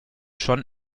schon